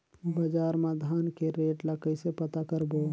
बजार मा धान के रेट ला कइसे पता करबो?